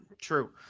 True